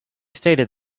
stated